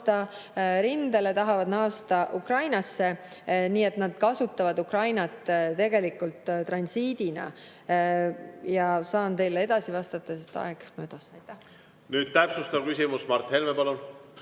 Nüüd täpsustav küsimus, Mart Helme, palun!